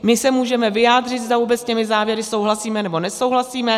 My se můžeme vyjádřit, zda vůbec s těmi závěry souhlasíme nebo nesouhlasíme.